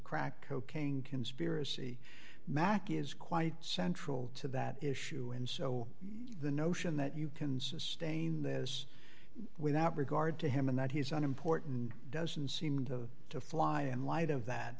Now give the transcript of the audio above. crack cocaine conspiracy mack is quite central to that issue and so the notion that you can sustain this without regard to him and that he's an important doesn't seem to fly in light of that